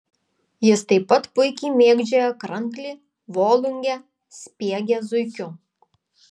jis taip pat puikiai mėgdžioja kranklį volungę spiegia zuikiu